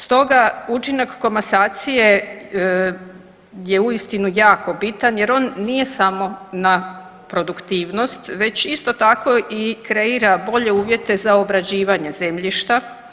Stoga učinak komasacije je uistinu jako bitan, jer on nije samo na produktivnost već isto tako i kreira bolje uvjete za obrađivanje zemljišta.